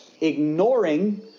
ignoring